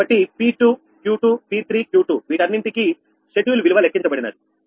కాబట్టి P2 Q2 P3 Q2 వీటన్నింటికీ schedule విలువ లెక్కించబడినది